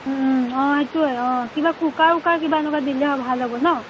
অঁ সেইটোৱে অঁ কিবা কুকাৰ উকাৰ কিবা এনেকুৱা দিলে ভাল হ'ব ন'